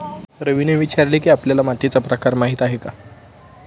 रवीने विचारले की, आपल्याला मातीचा प्रकार माहीत आहे का?